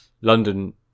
London